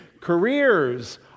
Careers